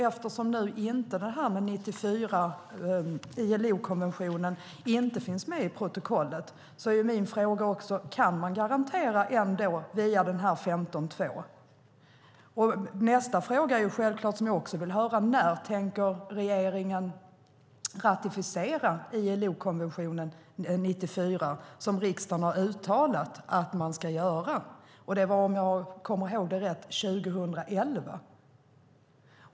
Eftersom ILO 94 inte finns med i protokollet är min fråga: Kan man garantera via 15.2? Nästa fråga är: När tänker regeringen ratificera ILO 94, vilket riksdagen uttalat att man ska göra? Jag tror att det var 2011.